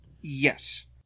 Yes